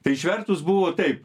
tai išvertus buvo taip